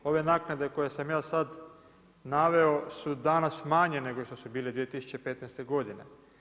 Ove naknade koje sam ja sad naveo su danas manje nego što su bile 2015. godine.